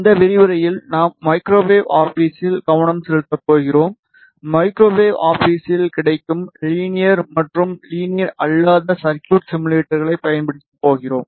இந்த விரிவுரையில் நாம் மைக்ரோவேவ் ஆபிஸில் கவனம் செலுத்தப் போகிறோம் மைக்ரோவேவ் ஆபிஸில் கிடைக்கும் லீனியர் மற்றும் லீனியர் அல்லாத சர்குய்ட் சிமுலேட்டர்களைப் பயன்படுத்தப் போகிறோம்